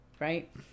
right